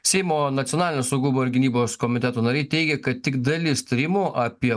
seimo nacionalinio saugumo ir gynybos komiteto nariai teigia kad tik dalis tyrimų apie